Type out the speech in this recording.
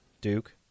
Duke